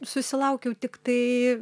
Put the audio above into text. susilaukiau tiktai